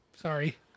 Sorry